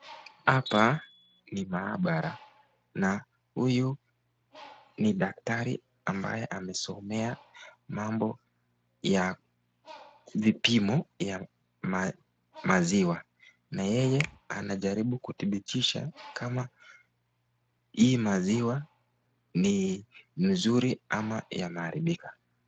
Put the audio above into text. Hapa ni mahabara na huyu ni daktari ambaye amesomea mambo ya kupima maziwa na yeye anajaribu kithibitisha kama hii maziwa ni nzuri ama yamearibika.